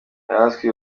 yahaswe